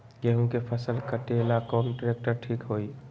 गेहूं के फसल कटेला कौन ट्रैक्टर ठीक होई?